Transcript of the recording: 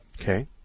Okay